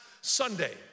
Sunday